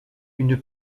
une